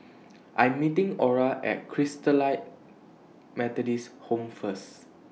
I Am meeting Orah At Christalite Methodist Home First